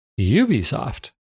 Ubisoft